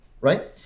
Right